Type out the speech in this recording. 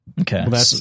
Okay